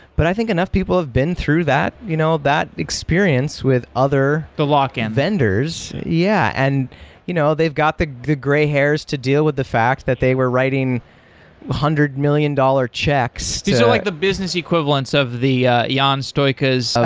but i think enough people of been through that you know that experience with other the lock-in vendors. yeah. and you know they've got the the gray hairs to deal with the fact that they were writing hundred million dollar checks to so like the business equivalents of the ion soica's so